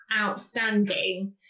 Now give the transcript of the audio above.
outstanding